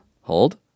Hold